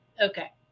Okay